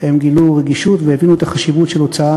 בהחלט גילו רגישות והבינו את החשיבות של הוצאה